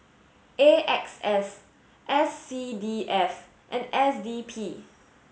A X S S C D F and S D P